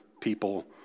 people